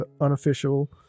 unofficial